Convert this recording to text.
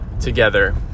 together